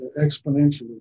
exponentially